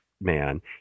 man